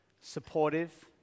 supportive